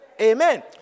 Amen